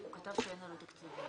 אין נמנעים,